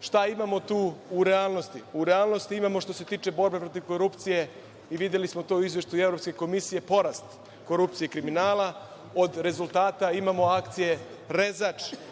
Šta imamo tu u realnosti? U realnosti imamo, što se tiče borbe protiv korupcije, i videli smo to i u izveštaju Evropske komisije, porast korupcije i kriminala, od rezultata imamo akcije „Rezač“